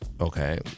Okay